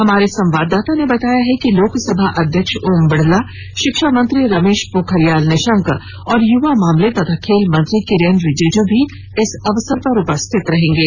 हमारे संवाददाता ने बताया है कि लोकसभा अध्यक्ष ओम बिरला शिक्षा मंत्री रमेश पोखरियाल निशंक और युवा मामले तथा खेल मंत्री किरेन रिजिजू भी इस अवसर पर उपस्थित रहेंगे